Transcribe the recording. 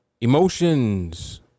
Emotions